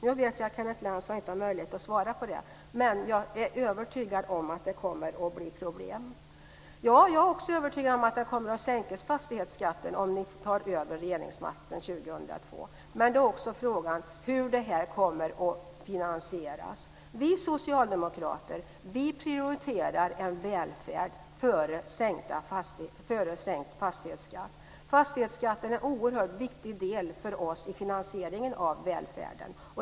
Nu vet jag att Kenneth Lantz inte har möjlighet att svara på den frågan, men jag är övertygad om att det kommer att bli problem. Jag är också övertygad om att fastighetsskatten kommer att sänkas om ni tar över regeringsmakten 2002. Men frågan är hur det kommer att finansieras. Vi socialdemokrater prioriterar en välfärd före sänkt fastighetsskatt. Fastighetsskatten är en oerhört viktig del för oss för att finansiera välfärden.